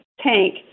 Tank